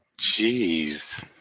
Jeez